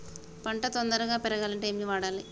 పంట తొందరగా పెరగాలంటే ఏమి వాడాలి?